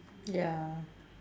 ya